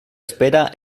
espera